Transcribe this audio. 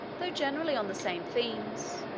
though generally on the same themes.